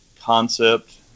concept